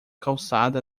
calçada